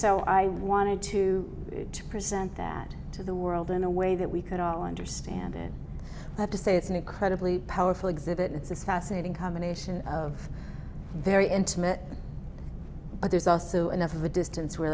so i wanted to present that to the world in a way that we could all understand and have to say it's an incredibly powerful exhibit it's fascinating combination of very intimate but there's also enough of a distance where